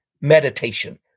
meditation